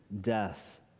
death